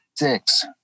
Six